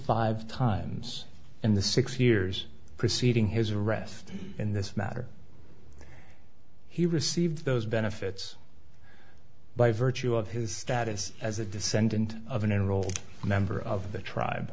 five times in the six years preceding his arrest in this matter he received those benefits by virtue of his status as a descendant of an enrolled member of the tribe